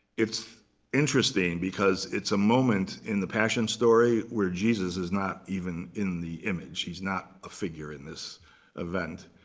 it's interesting, because it's a moment in the passion story where jesus is not even in the image. he's not a figure in this event.